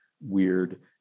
weird